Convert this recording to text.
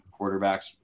quarterbacks